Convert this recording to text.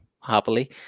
happily